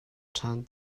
ṭhan